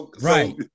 right